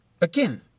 Again